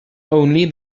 only